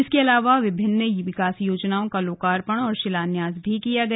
इसके अलावा विभिन्न विकास योजना का लोकार्पण और शिलान्यास भी किया गया